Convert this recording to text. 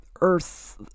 earth